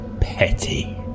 petty